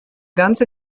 ganze